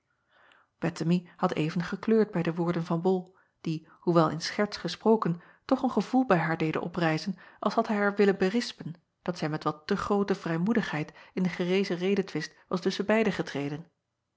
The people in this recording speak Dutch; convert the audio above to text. ettemie had even gekleurd bij de woorden van ol die hoewel in scherts gesproken toch een gevoel bij haar deden oprijzen als had hij haar willen berispen dat zij met wat te groote vrijmoedigheid in den gerezen redetwist was tusschen beiden getreden